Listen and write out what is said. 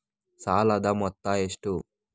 ಸಾಲದ ಮೊತ್ತ ಎಷ್ಟು?